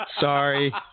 Sorry